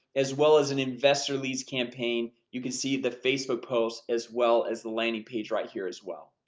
as well as an investor leads campaign. you can see the facebook post, as well as the landing page right here, as well.